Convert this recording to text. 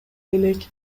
элек